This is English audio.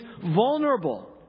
vulnerable